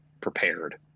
prepared